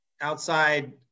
outside